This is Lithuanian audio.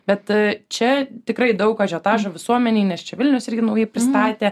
bet čia tikrai daug ažiotažo visuomenėj nes čia vilnius irgi naujai pristatė